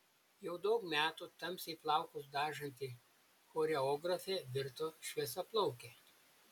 jau daug metų tamsiai plaukus dažanti choreografė virto šviesiaplauke